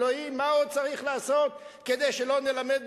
ואנחנו לא עושים את